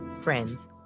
friends